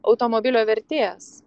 automobilio vertės